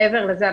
מעבר לזה,